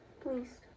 Please